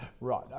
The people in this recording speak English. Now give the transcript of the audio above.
Right